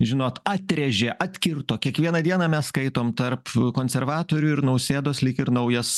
žinot atrėžė atkirto kiekvieną dieną mes skaitom tarp konservatorių ir nausėdos lyg ir naujas